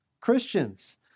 Christians